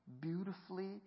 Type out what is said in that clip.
beautifully